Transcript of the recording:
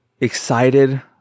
excited